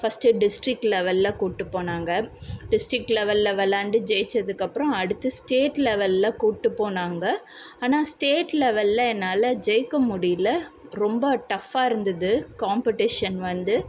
first district லெவலில் கூப்பிட்டுப் போனாங்க டிஸ்ட்ரிக் லெவலில் விளாண்டு ஜெயிச்சதுக்கப்புறம் அடுத்து ஸ்டேட் லெவலில் கூப்பிட்டுப் போனாங்க ஆனால் ஸ்டேட் லெவலில் என்னால் ஜெயிக்க முடியல ரொம்ப டப்ஃபாக இருந்தது காம்பட்டிஷன் வந்து